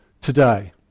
today